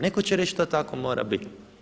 Netko će reći to tako mora biti.